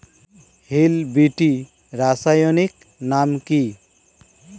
Hill বিটি রাসায়নিক নাম কি?